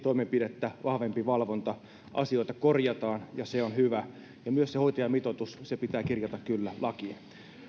toimenpidettä vahvempi valvonta asioita korjataan ja se on hyvä myös se hoitajamitoitus pitää kirjata kyllä lakiin